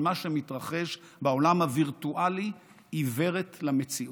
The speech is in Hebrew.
מה שמתרחש בעולם הווירטואלי היא עיוורת למציאות.